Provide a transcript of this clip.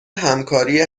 همکاری